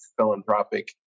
philanthropic